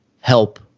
help